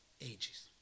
ages